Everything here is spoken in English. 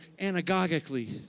anagogically